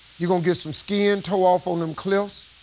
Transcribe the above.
you gonna get some skin tore off on them cliffs.